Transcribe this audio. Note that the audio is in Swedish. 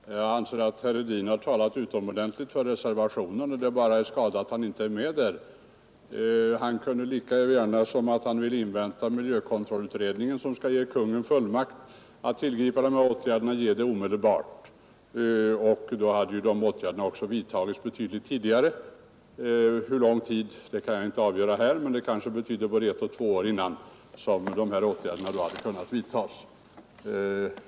Herr talman! Herr Hedin har talat utomordentligt väl och inspirerat för de synpunkter som framförts i reservationen, och det är bara skada att han inte är med bland reservanterna. Han kunde lika gärna som att han vill invänta miljökontrollutredningens förslag, som enligt vad han läste upp skall ge Kungl. Maj:t fullmakt att tillgripa dessa åtgärder, vara med om att omedelbart ge Kungl. Maj:t denna fullmakt. Då hade åtgärderna också vidtagits betydligt tidigare. Hur lång tid det kommer att dröja kan jag inte avgöra här, men det kanske betyder både ett och två år.